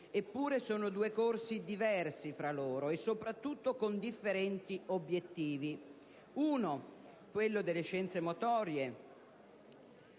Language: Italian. Eppure sono due corsi diversi fra loro e, soprattutto, con differenti obiettivi: uno - quello di scienze motorie